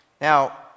Now